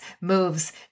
moves